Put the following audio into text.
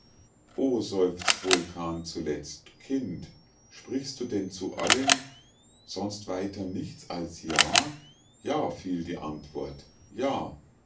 o seufzt vulkan zuletzt kind sprichst du denn zu allen sonst weiter nichts als ja ja fiel die antwort ja